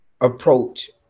approach